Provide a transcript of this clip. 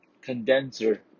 condenser